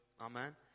Amen